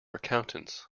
accountants